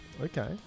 Okay